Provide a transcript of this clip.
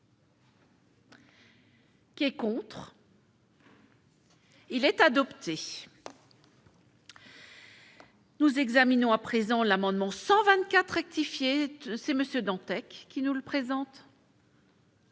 pourcent adoption. Il est adopté. Nous examinons à présent l'amendement 124 rectifié, c'est monsieur Dantec qui nous le présente.